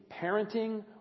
parenting